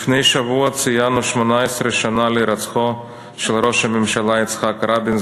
לפני שבוע ציינו 18 שנה להירצחו של ראש הממשלה יצחק רבין,